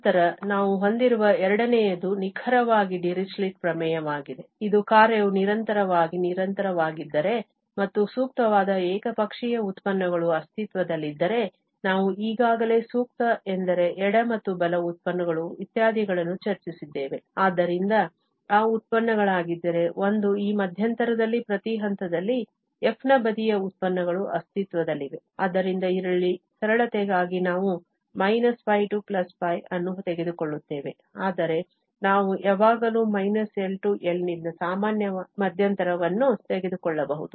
ನಂತರ ನಾವು ಹೊಂದಿರುವ ಎರಡನೆಯದು ನಿಖರವಾಗಿ ಡಿರಿಚ್ಲೆಟ್ ಪ್ರಮೇಯವಾಗಿದೆ ಇದು ಕಾರ್ಯವು ನಿರಂತರವಾಗಿ ನಿರಂತರವಾಗಿದ್ದರೆ ಮತ್ತು ಸೂಕ್ತವಾದ ಏಕಪಕ್ಷೀಯ ಉತ್ಪನ್ನಗಳು ಅಸ್ತಿತ್ವದಲ್ಲಿದ್ದರೆ ನಾವು ಈಗಾಗಲೇ ಸೂಕ್ತ ಎಂದರೆ ಎಡ ಮತ್ತು ಬಲ ಉತ್ಪನ್ನಗಳು ಇತ್ಯಾದಿಗಳನ್ನು ಚರ್ಚಿಸಿದ್ದೇವೆ ಆದ್ದರಿಂದ ಆ ಉತ್ಪನ್ನಗಳಾಗಿದ್ದರೆ ಒಂದು ಈ ಮಧ್ಯಂತರದಲ್ಲಿ ಪ್ರತಿ ಹಂತದಲ್ಲಿ f ನ ಬದಿಯ ಉತ್ಪನ್ನಗಳು ಅಸ್ತಿತ್ವದಲ್ಲಿವೆ ಆದ್ದರಿಂದ ಇಲ್ಲಿ ಸರಳತೆಗಾಗಿ ನಾವು π π ಅನ್ನು ತೆಗೆದುಕೊಳ್ಳುತ್ತೇವೆ ಆದರೆ ನಾವು ಯಾವಾಗಲೂ L L ನಿಂದ ಸಾಮಾನ್ಯ ಮಧ್ಯಂತರವನ್ನು ತೆಗೆದುಕೊಳ್ಳಬಹುದು